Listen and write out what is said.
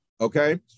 Okay